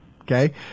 Okay